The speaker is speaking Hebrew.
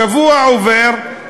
שבוע עובר,